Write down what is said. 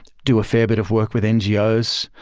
do a fair bit of work with ngos.